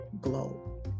glow